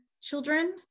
children